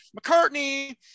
mccartney